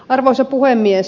arvoisa puhemies